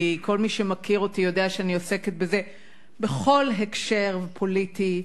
כי כל מי שמכיר אותי יודע שאני עוסקת בזה בכל הקשר פוליטי.